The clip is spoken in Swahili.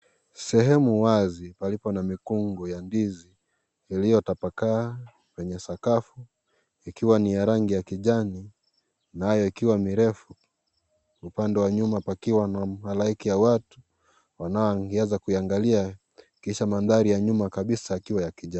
Sehemu wazi, palipo na mikungu ya ndizi, iliyo tapakaa, kwenye sakafu, ikiwa ni ya rangi ya kijani, nayo ikiwa mirefu, upande wa nyuma pakiwa na haraiki ya watu, wanao ongeza kuiangalia, kisha manthari ya nyuma kabisa yakiwa ya kijani.